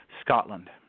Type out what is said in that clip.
Scotland